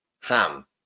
ham